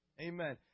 Amen